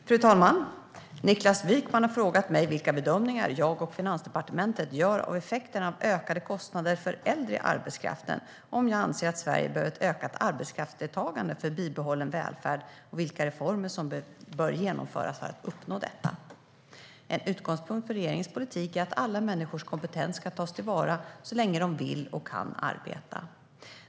Fru talman! Niklas Wykman har frågat mig vilka bedömningar jag och Finansdepartementet gör av effekterna av ökade kostnader för äldre i arbetskraften, om jag anser att Sverige behöver ett ökat arbetskraftsdeltagande för bibehållen välfärd och vilka reformer som bör genomföras för att uppnå detta. En utgångspunkt i regeringens politik är att alla människors kompetens ska tas till vara så länge de vill och kan arbeta.